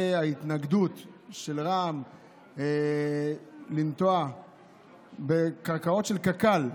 לגבי ההתנגדות של רע"מ לנטוע בקרקעות של קק"ל בנגב.